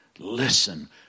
Listen